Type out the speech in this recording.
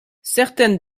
certaines